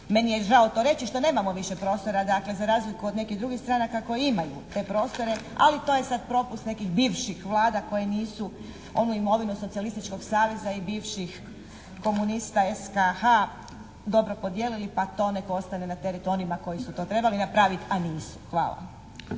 meni je žao to reći što nemamo više prostora dakle za razliku od nekih drugih stranaka koje imaju te prostore ali to je sada propust nekih bivših Vlada koje nisu onu imovinu socijalističkog saveza i bivših komunista SKH dobro podijelili pa to nek ostane na teret onima koji su to trebali napraviti a nisu. Hvala.